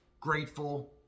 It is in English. grateful